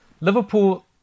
Liverpool